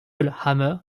hammer